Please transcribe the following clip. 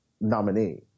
nominee